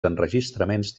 enregistraments